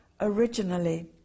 originally